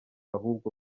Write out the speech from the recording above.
ahubwo